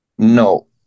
No